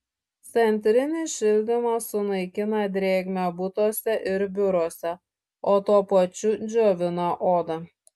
centrinis šildymas sunaikina drėgmę butuose ir biuruose o tuo pačiu džiovina odą